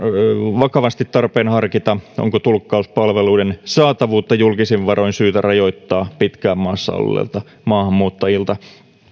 vakavasti tarpeen harkita onko tulkkauspalveluiden saatavuutta julkisin varoin syytä rajoittaa pitkään maassa olleilta maahanmuuttajilta